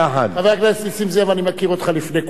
חבר הכנסת נסים זאב, אני מכיר אותך לפני כולם.